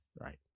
Right